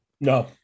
No